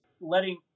letting